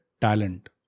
talent